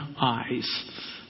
eyes